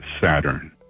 Saturn